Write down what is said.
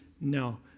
No